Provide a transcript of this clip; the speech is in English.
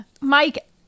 Mike